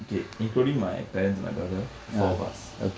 okay including my parents and my brother four of us